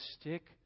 stick